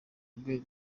rwe